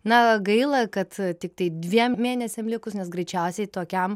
na gaila kad tiktai dviem mėnesiam likus nes greičiausiai tokiam